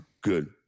Good